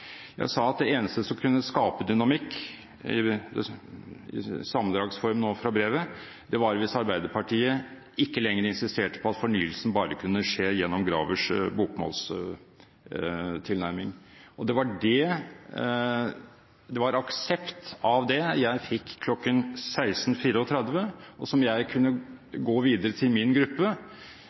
Jeg sa at det eneste som kunne skape dynamikk – i sammendrags form nå fra brevet – var hvis Arbeiderpartiet ikke lenger insisterte på at fornyelsen bare kunne skje gjennom Graver-utvalgets bokmålstilnærming. Det var aksept av det jeg fikk kl. 16.34, og som jeg kunne gå videre til min gruppe